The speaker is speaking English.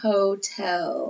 Hotel